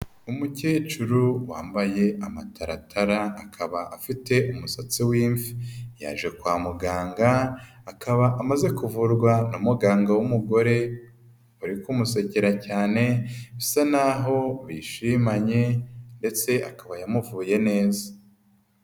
Umukecuru wambaye amataratara akaba afite umusatsi w'imvi, yaje kwa muganga akaba amaze kuvurwa n'umuganga w'umugore uri kumusekera cyane, bisa naho bishimanye ndetse akaba yamuvuye neza.